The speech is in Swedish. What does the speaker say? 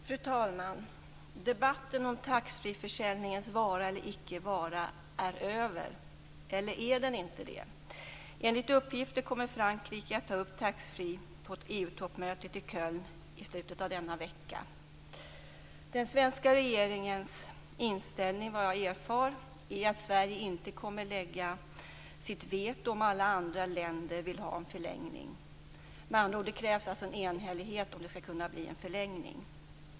Fru talman! Debatten om taxfreeförsäljningens vara eller icke vara är över. Eller är den inte det? Enligt uppgifter kommer Frankrike att ta upp taxfree på EU-toppmötet i Köln i slutet av denna vecka. Den svenska regeringens inställning är, vad jag erfar, att Sverige inte kommer att lägga sitt veto om alla andra länder vill ha en förlängning. Med andra ord krävs det en enhällighet om det skall kunna bli en förlängning.